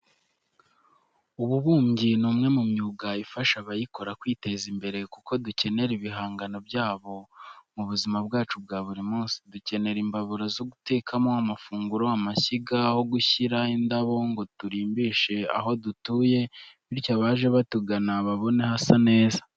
Ububumbyi ni umwe mu myuga ifasha abayikora kwiteza imbere kuko dukenera ibihangano byabo mu buzima bwacu bwa buri munsi. Dukenera imbabura zo gutekaho amafunguro, amashyiga, aho gushyira indabo ngo turimbishe aho dutuye bityo abaje batugana babone hasa neza.